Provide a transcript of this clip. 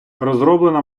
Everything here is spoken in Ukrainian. розроблена